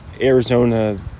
Arizona